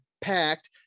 packed